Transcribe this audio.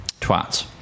Twats